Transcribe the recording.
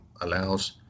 allows